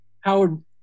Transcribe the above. Howard